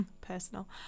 personal